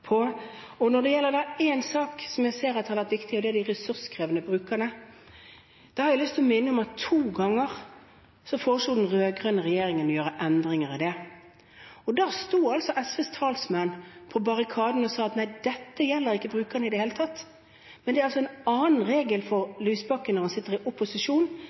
Når det gjelder en sak jeg ser har vært viktig, de ressurskrevende brukerne, har jeg lyst til å minne om at den rød-grønne regjeringen to ganger foreslo å gjøre endringer i det. Da sto SVs talsmenn på barrikadene og sa at nei, dette gjelder ikke brukerne i det hele tatt. Det er altså en annen regel for Lysbakken når han sitter i opposisjon,